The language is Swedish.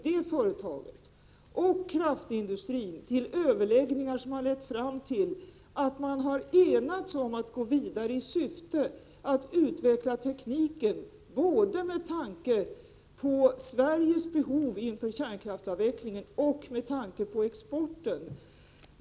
det aktuella företaget och kraftindustrin till överläggningar, vilka har lett fram till att dessa har enats om att gå vidare i syfte att utveckla tekniken både med tanke på Sveriges behov inför kärnkraftsavvecklingen och med tanke på exporten.